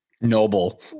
Noble